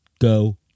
go